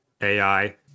AI